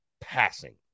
passing